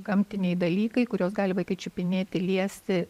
gamtiniai dalykai kuriuos gali vaikai čiupinėti liesti